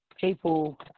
people